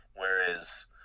Whereas